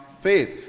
faith